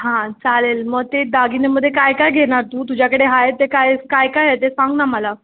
हां चालेल मग ते दागिन्यामध्ये काय काय घेणार तू तुझ्याकडे आहे ते काय काय काय आहे ते सांग ना मला